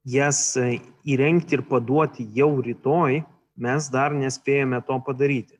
jas įrengti ir paduoti jau rytoj mes dar nespėjome to padaryti